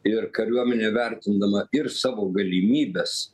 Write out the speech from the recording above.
ir kariuomenė vertindama ir savo galimybes